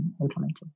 implemented